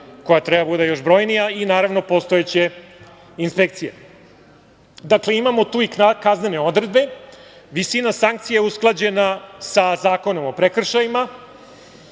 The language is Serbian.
koja treba da bude još brojnija, i postojeće inspekcije. Dakle, imamo tu i kaznene odredbe. Visina sankcija je usklađena sa Zakonom o prekršajima.